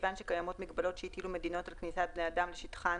מכיוון שקיימות מגבלות שהטילו מדינות על כניסת בני אדם לשטחן